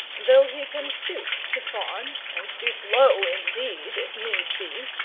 though he can stoop to fawn, and stoop low indeed, if need be,